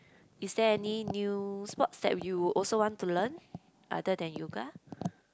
is there any new sports that you also want to learn other than yoga